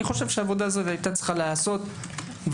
אני חושב שהעבודה הזו הייתה צריכה להיעשות ממזמן.